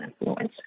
influence